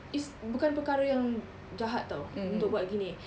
is bukan perkara yang jahat [tau] untuk buat gini